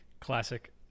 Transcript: classic